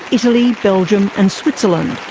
italy, belgium and switzerland.